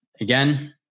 again